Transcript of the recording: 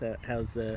how's